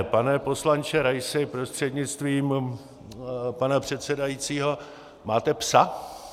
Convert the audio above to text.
Pane poslanče Raisi prostřednictvím pana předsedajícího, máte psa?